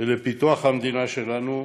ולפיתוח המדינה שלנו